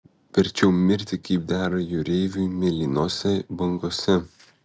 verčiau mirti kaip dera jūreiviui mėlynose bangose